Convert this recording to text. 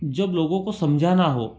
जब लोगों को समझाना हो